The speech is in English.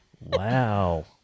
Wow